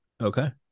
Okay